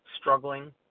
struggling